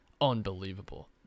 unbelievable